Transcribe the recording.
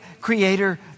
creator